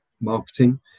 marketing